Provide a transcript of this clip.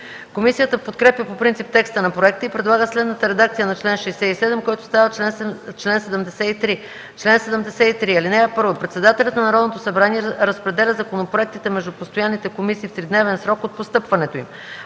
Комисията подкрепя по принцип текста на проекта и предлага следната редакция на чл. 67, който става чл. 73: „Чл. 73. (1) Председателят на Народното събрание разпределя законопроектите между постоянните комисии в тридневен срок от постъпването им.